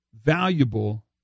valuable